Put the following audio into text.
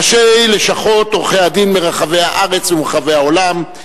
ראשי לשכות עורכי-הדין מרחבי הארץ ומרחבי העולם,